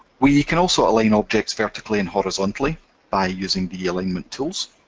we can also align objects vertically and horizontally by using the alignment tools.